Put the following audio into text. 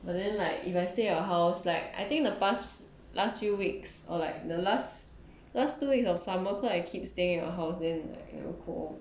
but then like if I stay your house like I think the past last few weeks or like the last last two weeks of summer then I keep staying at your house then you know cook